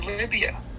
Libya